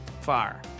fire